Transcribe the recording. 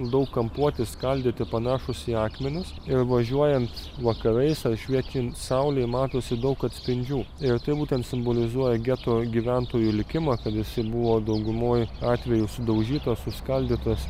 daug kampuoti skaldyti panašūs į akmenis ir važiuojant vakarais ar šviečiant saulei matosi daug atspindžių ir tai būtent simbolizuoja geto gyventojų likimą kad jisai buvo daugumoj atvejų sudaužytas suskaldytas